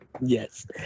Yes